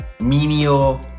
menial